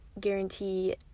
guarantee